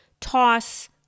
toss